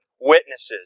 Witnesses